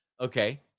Okay